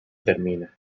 termina